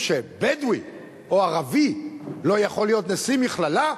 שבדואי או ערבי לא יכול להיות נשיא מכללה,